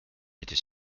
étais